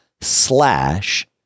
slash